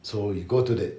so you go to that